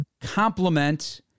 complement